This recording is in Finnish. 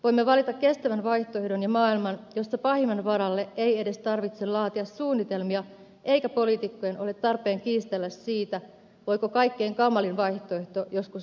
voimme valita kestävän vaihtoehdon ja maailman jossa pahimman varalle ei edes tarvitse laatia suunnitelmia eikä poliitikkojen ole tarpeen kiistellä siitä voiko kaikkien kamalin vaihtoehto joskus muuttua todeksi